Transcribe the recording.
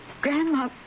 Grandma